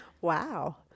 Wow